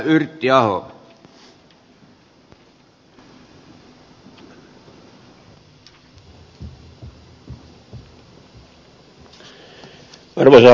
arvoisa herra puhemies